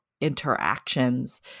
interactions